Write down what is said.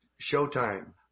Showtime